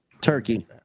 turkey